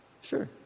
Sure